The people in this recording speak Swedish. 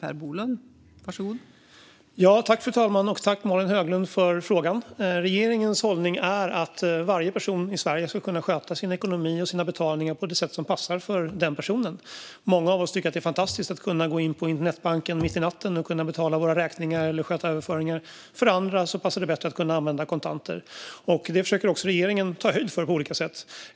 Fru talman! Tack, Malin Höglund, för frågan! Regeringens hållning är att varje person i Sverige ska kunna sköta sin ekonomi och sina betalningar på det sätt som passar för den personen. Många av oss tycker att det är fantastiskt att kunna gå in på internetbanken mitt i natten och betala våra räkningar eller sköta överföringar. För andra passar det bättre att kunna använda kontanter. Detta försöker regeringen ta höjd för på olika sätt.